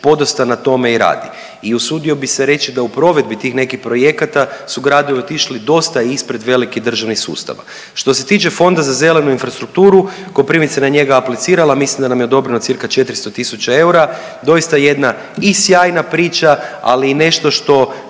podosta na tome i radi. I usudio bi reći da u provedbi tih nekih projekata su gradovi otišli dosta ispred velikih državnih sustava. Što se tiče Fonda za zelenu infrastrukturu, Koprivnica je na njega aplicirala, mislim da nam je odobreno cca 400 tisuća eura. Doista jedna i sjajna priča, ali i nešto što